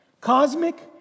cosmic